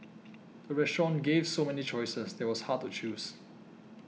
the restaurant gave so many choices that it was hard to choose